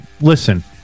listen